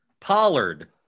Pollard